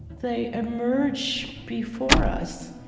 they emerge before us,